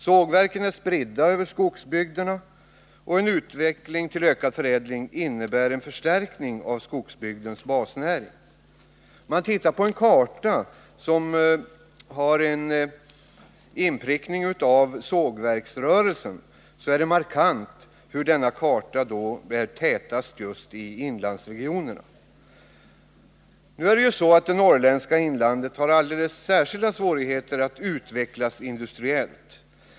Sågverken är spridda över skogsbygderna, och en utveckling mot större förädling innebär en förstärkning av skogsbygdens basnäring. Ser man på en karta med en inprickning av sågverksrörelsen, finner man hur markant sågtätheten är i just inlandsregionerna. Det norrländska inlandet har ju alldeles särskilda svårigheter att utvecklas industriellt.